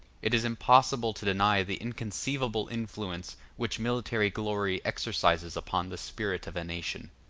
it is impossible to deny the inconceivable influence which military glory exercises upon the spirit of a nation.